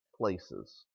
places